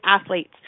athletes